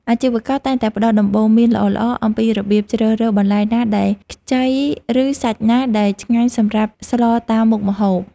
អាជីវករតែងតែផ្ដល់ដំបូន្មានល្អៗអំពីរបៀបជ្រើសរើសបន្លែណាដែលខ្ចីឬសាច់ណាដែលឆ្ងាញ់សម្រាប់ស្លតាមមុខម្ហូប។